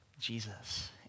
Jesus